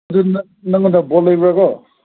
ꯑꯗꯨ ꯅꯪ ꯅꯪꯉꯣꯟꯗ ꯕꯣꯜ ꯂꯩꯕ꯭ꯔꯥꯀꯣ